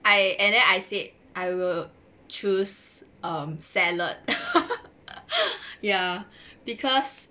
I and then I said I will choose um salad ya because